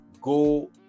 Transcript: go